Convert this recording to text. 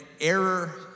error